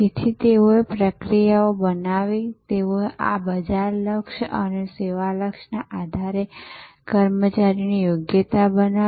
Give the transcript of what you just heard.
તેથી તેઓએ પ્રક્રિયાઓ બનાવી તેઓએ આ બજાર લક્ષ અને સેવા લક્ષના આધારે કર્મચારીની યોગ્યતા બનાવી